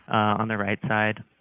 on the right side,